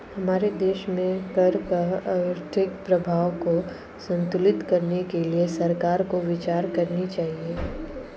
हमारे देश में कर का आर्थिक प्रभाव को संतुलित करने के लिए सरकार को विचार करनी चाहिए